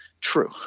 true